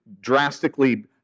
drastically